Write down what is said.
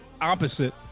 opposite